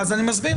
אז אני מסביר.